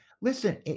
listen